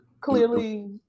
clearly